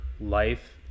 life